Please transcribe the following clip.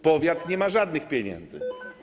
Powiat nie ma żadnych pieniędzy.